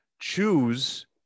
choose